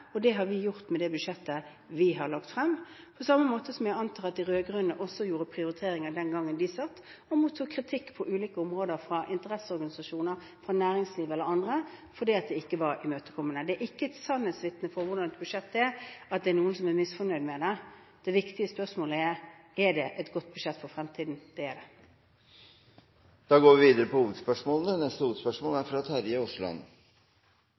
og det har vi gjort med det budsjettet vi har lagt frem, på samme måte som jeg antar at de rød-grønne også gjorde prioriteringer den gangen de satt, og mottok kritikk på ulike områder fra interesseorganisasjoner, fra næringslivet eller fra andre, fordi de ikke var imøtekommende. Det er ikke et sannhetsvitne for hvordan et budsjett er, at det er noen som er misfornøyde. Det viktige spørsmålet er: Er det et godt budsjett for fremtiden? Det er det. Vi går videre til neste hovedspørsmål.